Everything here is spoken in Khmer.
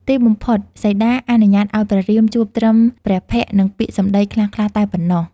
ទីបំផុតសីតាអនុញ្ញាតឱ្យ ព្រះរាមជួបត្រឹមព្រះភក្ត្រនិងពាក្យសំដីខ្លះៗតែប៉ុណ្ណោះ។